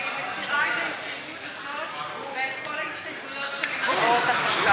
אני מסירה את ההסתייגות הזאת ואת כל ההסתייגויות שלי שבאות אחריה.